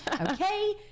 Okay